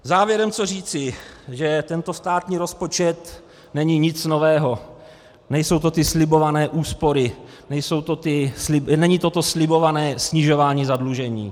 Závěrem chci říci, že tento státní rozpočet není nic nového, nejsou to ty slibované úspory, není to to slibované snižování zadlužení.